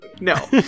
No